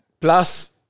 plus